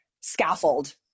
scaffold